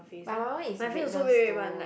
but my one is redness though